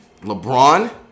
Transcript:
LeBron